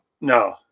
No